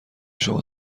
شما